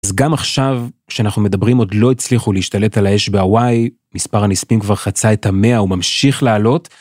אז גם עכשיו, כשאנחנו מדברים, עוד לא הצליחו להשתלט על האש בהוואי, מספר הנספים כבר חצה את המאה, וממשיך לעלות.